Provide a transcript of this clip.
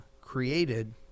created